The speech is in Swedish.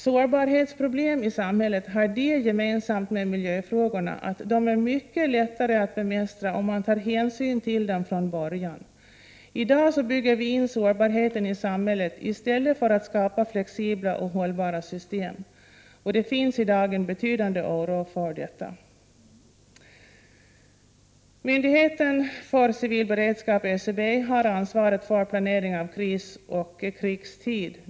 Sårbarhetsproblem i samhället har det gemensamt med miljöfrågorna att de är mycket lättare att bemästra om man tar hänsyn till dem från början. I dag bygger vi in sårbarheten i samhället i stället för att skapa flexibla och hållbara system. Det finns i dag en betydande oro för detta. Myndigheten för civil beredskap, ÖCB, har ansvaret för planering i krisoch krigstid.